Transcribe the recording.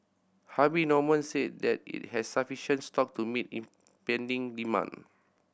Harvey Norman said that it has sufficient stock to meet impending demand